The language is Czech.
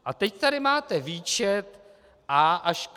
A teď tady máte výčet a) až k).